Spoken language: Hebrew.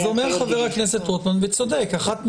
אז אומר חבר הכנסת רוטמן, וצודק: אחת משתיים,